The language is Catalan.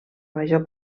major